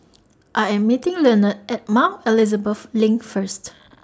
I Am meeting Lenord At Mount Elizabeth LINK First